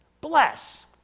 bless